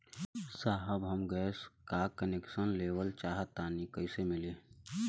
साहब हम गैस का कनेक्सन लेवल सोंचतानी कइसे मिली?